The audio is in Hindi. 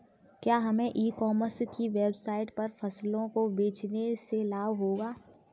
क्या हमें ई कॉमर्स की वेबसाइट पर फसलों को बेचने से लाभ होगा?